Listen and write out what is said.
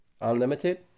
unlimited